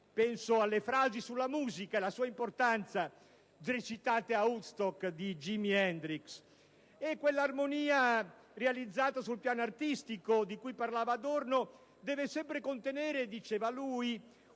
moderno, alle frasi sulla musica e sulla sua importanza recitate a Woodstock da Jimmy Hendrix. Quell'armonia realizzata sul piano artistico di cui parlava Adorno deve sempre contenere ‑ diceva ‑ un